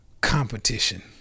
competition